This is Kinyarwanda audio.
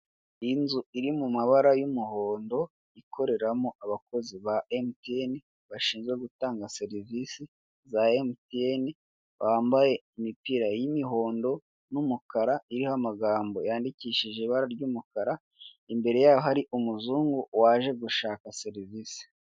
Inzu iri mu mabara y'umuhondo ikoreramo abakozi ba emutiyen bashinzwe gutanga serivise za emutiyeni, bambaye imipira y'imihondo n'umukara iriho amagambo yandikishije ibara ry'umukara imbere yaho hari umuzungu waje gushaka serivise.